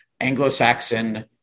Anglo-Saxon